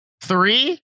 three